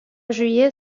juillet